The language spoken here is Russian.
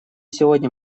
сегодня